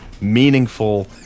meaningful